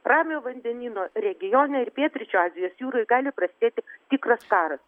ramiojo vandenyno regione ir pietryčių azijos jūroj gali prasidėti tikras karas